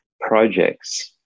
projects